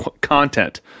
content